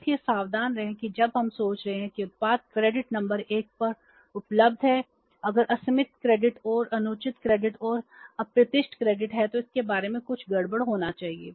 इसलिए सावधान रहें कि जब हम सोच रहे हैं कि उत्पाद क्रेडिट नंबर एक पर उपलब्ध है अगर असीमित क्रेडिट और अनुचित क्रेडिट और अप्रत्याशित क्रेडिट है तो इसके बारे में कुछ गड़बड़ होना चाहिए